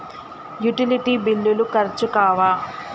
Utility బిల్లులు ఖర్చు కావా?